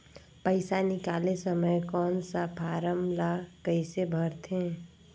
पइसा निकाले समय कौन सा फारम ला कइसे भरते?